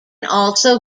also